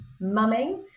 mumming